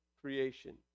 creation